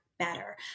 better